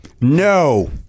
No